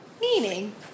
Meaning